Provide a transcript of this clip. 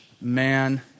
man